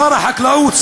שר החקלאות,